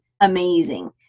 amazing